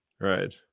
right